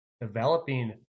developing